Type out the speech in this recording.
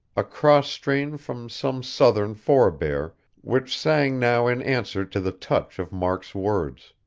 a cross-strain from some southern forebear, which sang now in answer to the touch of mark's words.